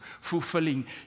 fulfilling